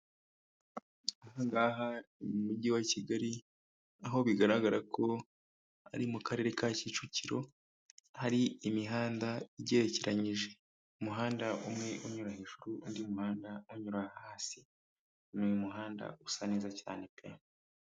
Aha ngaha ni mu mujyi wa Kigali, aho bigaragara ko ari mu karere ka Kicukiro, hari imihanda igerekeranyije, umuhanda umwe unyura hejuru, undi muhanda unyura hasi, ni umuhanda usa neza cyane pe.